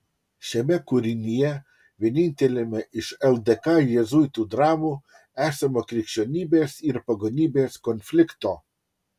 šiame kūrinyje vieninteliame iš ldk jėzuitų dramų esama krikščionybės ir pagonybės konflikto